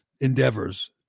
endeavors